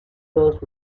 todos